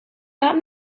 that